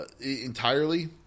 entirely